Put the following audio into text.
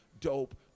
dope